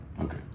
Okay